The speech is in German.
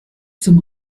zum